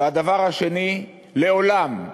והדבר השני: לעולם,